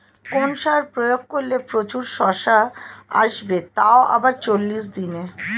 কোন সার প্রয়োগ করলে প্রচুর শশা আসবে তাও আবার চল্লিশ দিনে?